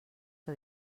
que